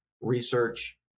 research